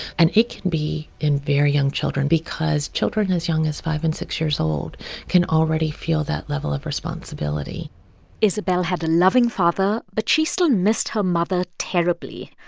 and it can be in very young children because children as young as five and six years old can already feel that level of responsibility isabel had a loving father, but she still missed her mother terribly,